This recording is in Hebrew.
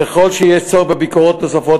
ככל שיש צורך בביקורות נוספות,